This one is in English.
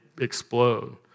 explode